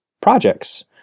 projects